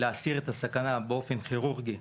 להסיר את הסכנה באופן כירורגי.